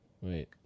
wait